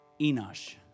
Enosh